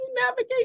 navigate